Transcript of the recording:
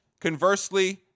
Conversely